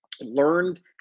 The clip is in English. learned